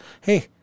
Hey